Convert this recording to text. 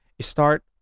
Start